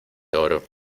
oro